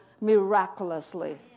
miraculously